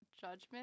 judgment